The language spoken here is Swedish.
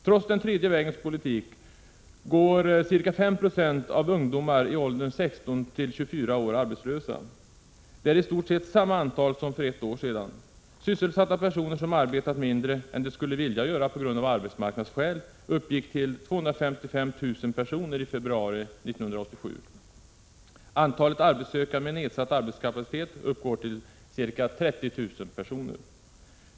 Trots den tredje vägens politik går ca 5 26 av ungdomarna i åldrarna 16—24 år arbetslösa. Det är i stort sett samma antal som för ett år sedan. Sysselsatta personer som arbetat mindre än de skulle vilja göra på grund av arbetsmarknadsskäl uppgick till 255 000 i februari 1987. Antalet arbetssökande med nedsatt arbetskapacitet uppgår till ca 30 000 personer.